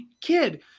kid